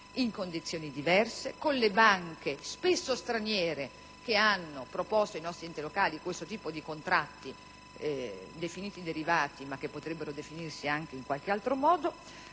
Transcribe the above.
in condizioni diverse, con le banche spesso straniere che hanno proposto ai nostri enti locali questo tipo di contratti definiti derivati, ma che potrebbero definirsi anche in qualche altro modo,